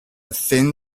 thin